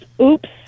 oops